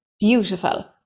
Beautiful